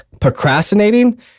procrastinating